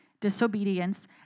disobedience